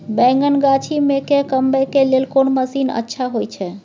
बैंगन गाछी में के कमबै के लेल कोन मसीन अच्छा होय छै?